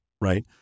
right